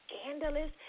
scandalous